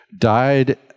died